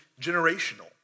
generational